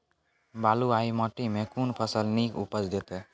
बलूआही माटि मे कून फसल नीक उपज देतै?